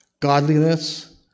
godliness